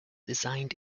designed